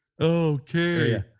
Okay